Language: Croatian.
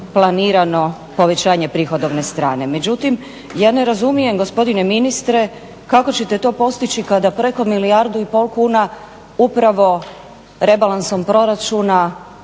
planirano povećanje prihodovne strane. Međutim, ja ne razumijem gospodine ministre kako ćete to postići kada preko milijardu i pol kuna upravo rebalansom proračuna